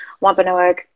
Wampanoag